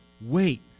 Wait